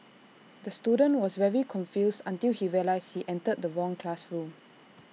the student was very confused until he realised he entered the wrong classroom